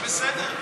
זה בסדר,